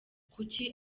kuki